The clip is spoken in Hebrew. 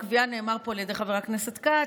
נאמר פה על ידי חבר הכנסת כץ,